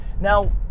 Now